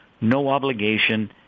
no-obligation